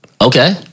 Okay